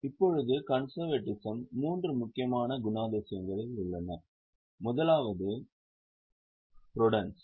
இப்போது கன்செர்வேட்டிசம் மூன்று முக்கியமான குணாதிசயங்களுடன் உள்ளது முதலாவது ப்ருடென்ஸ்